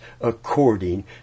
according